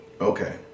Okay